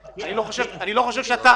מסתבר אני לא אגיד מנצלים,